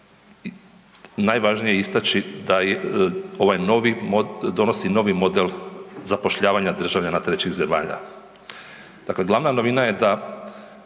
najvažnije je istaći da donosi novi model zapošljavanja državljana trećih zemalja.